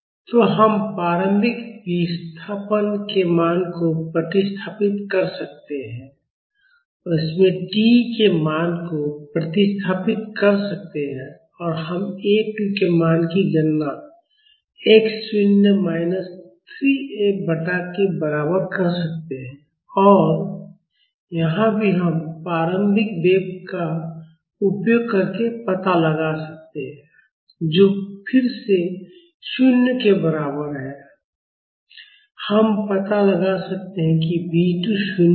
तो हम प्रारंभिक विस्थापन के मान को प्रतिस्थापित कर सकते हैं और इसमें t के मान को प्रतिस्थापित कर सकते हैं और हम A2 के मान की गणना x शून्य माइनस 3 F बटा k के बराबर कर सकते हैं और यहाँ भी हम प्रारंभिक वेग का उपयोग करके पता लगा सकते हैं जो फिर से 0 के बराबर है हम पता लगा सकते हैं कि B2 0 है